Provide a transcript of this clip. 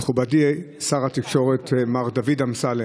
מכובדי שר התקשורת מר דוד אמסלם,